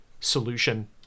solution